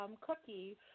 Cookie